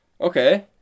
Okay